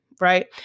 Right